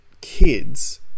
kids